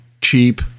cheap